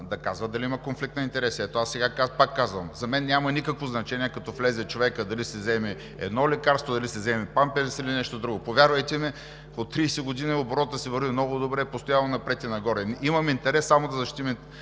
да казва дали има конфликт на интереси. Ето, повтарям – за мен няма никакво значение, като влезе човекът, дали ще вземе едно лекарство, дали ще вземе памперс или нещо друго. Повярвайте ми, от 30 години оборотът си върви много добре – постоянно напред и нагоре. Имам интерес само да защитим